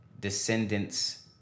descendants